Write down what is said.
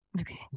Okay